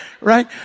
Right